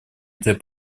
этой